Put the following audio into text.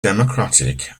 democratic